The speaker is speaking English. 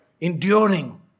enduring